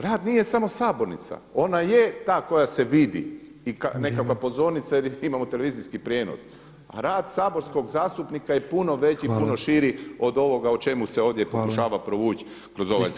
Rad nije samo sabornica, ona je ta koja se vidi i nekakva pozornica [[Upadica Petrov: Vrijeme.]] jel imamo televizijski prijenos, rad saborskog zastupnika je puno veći i puno širi od ovoga o čemu se ovdje pokušava provući kroz ovaj zakon.